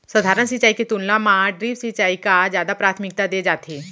सधारन सिंचाई के तुलना मा ड्रिप सिंचाई का जादा प्राथमिकता दे जाथे